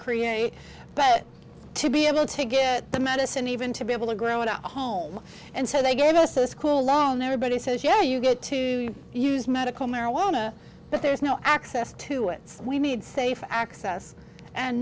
create but to be able to get the medicine even to be able to grow in a home and so they go into so school loan everybody says yeah you get to use medical marijuana but there's no access to it so we need safe access and